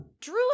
Drew